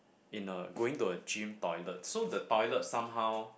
in a going to a gym toilet so the toilet somehow